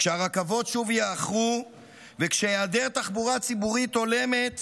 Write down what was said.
כשהרכבות שוב יאחרו וכשהיעדר תחבורה ציבורית הולמת